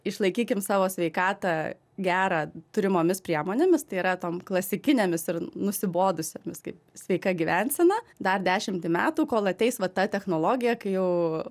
išlaikykim savo sveikatą gerą turimomis priemonėmis tai yra tom klasikinėmis ir nusibodusiomis kaip sveika gyvensena dar dešimtį metų kol ateis va ta technologija kai jau